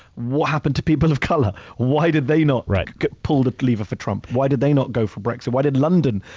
what happened to people of color? why did they not pull the lever for trump? why did they not go for brexit? why did london,